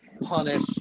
punish